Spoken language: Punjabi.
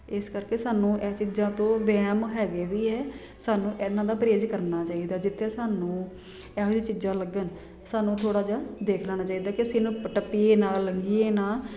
ਇਸ ਕਰਕੇ ਸਾਨੂੰ ਇਹ ਚੀਜ਼ਾਂ ਤੋਂ ਵਹਿਮ ਹੈਗੇ ਵੀ ਹੈ ਸਾਨੂੰ ਇਹਨਾਂ ਦਾ ਪਰਹੇਜ਼ ਕਰਨਾ ਚਾਹੀਦਾ ਜਿੱਥੇ ਸਾਨੂੰ ਇਹੋ ਜਿਹੀ ਚੀਜ਼ਾਂ ਲੱਗਣ ਸਾਨੂੰ ਥੋੜ੍ਹਾ ਜਿਹਾ ਦੇਖ ਲੈਣਾ ਚਾਹੀਦਾ ਕਿ ਅਸੀਂ ਇਹਨੂੰ ਟੱਪੀਏ ਨਾ ਲੰਘੀਏ ਨਾ